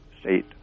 state